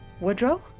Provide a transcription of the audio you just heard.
Woodrow